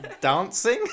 Dancing